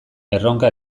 erronka